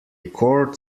court